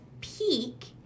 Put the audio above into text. peak